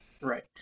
Right